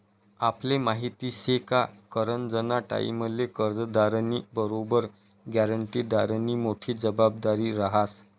आपले माहिती शे का करजंना टाईमले कर्जदारनी बरोबर ग्यारंटीदारनी मोठी जबाबदारी रहास